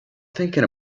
thinking